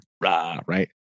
right